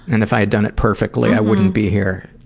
and if i had done it perfectly, i wouldn't be here.